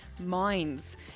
minds